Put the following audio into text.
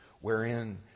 wherein